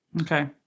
Okay